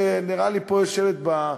שנראה לי שהיא יושבת פה,